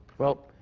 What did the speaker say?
well,